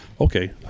okay